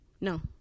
no